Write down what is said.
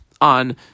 on